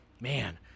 man